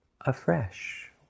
afresh